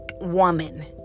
woman